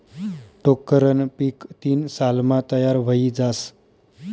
टोक्करनं पीक तीन सालमा तयार व्हयी जास